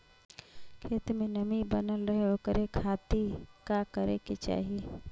खेत में नमी बनल रहे ओकरे खाती का करे के चाही?